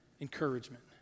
encouragement